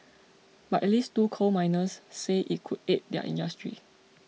but at least two coal miners say it could aid their industry